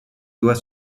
doit